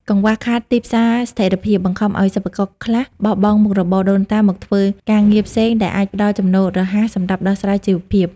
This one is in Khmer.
កង្វះខាតទីផ្សារស្ថិរភាព បង្ខំឱ្យសិប្បករខ្លះបោះបង់របរដូនតាមកធ្វើការងារផ្សេង ដែលអាចផ្ដល់ចំណូលរហ័សសម្រាប់ដោះស្រាយជីវភាព។